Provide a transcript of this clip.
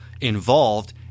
involved